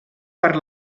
per